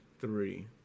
Three